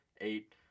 eight